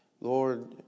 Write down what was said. Lord